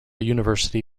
university